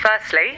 Firstly